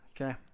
Okay